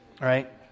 right